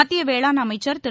மத்திய வேளாண் அமைச்சர் திரு